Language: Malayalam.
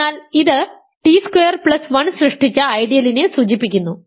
അതിനാൽ ഇത് ടി സ്ക്വയർ പ്ലസ് 1 സൃഷ്ടിച്ച ഐഡിയലിനെ സൂചിപ്പിക്കുന്നു